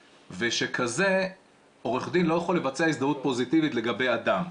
כזה עורך דין לא יכול לבצע הזדהות פוזיטיבית לגבי אדם.